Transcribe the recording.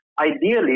ideally